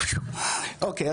אוקיי,